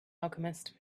alchemist